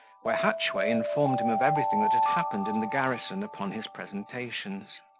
where hatchway informed him of everything that had happened in the garrison upon his presentations.